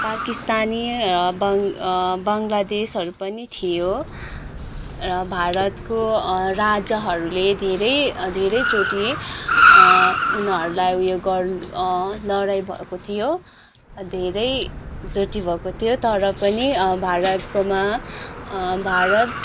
पाकिस्तानी बङ्गलादेशहरू पनि थियो र भारतको राजाहरूले धेरै धेरैचोटि उनीहरूलाई उयो गर् लडाइँ भएको थियो धेरैचोटि भएको थियो तर पनि भारतकोमा भारत